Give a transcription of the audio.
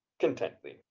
content thee,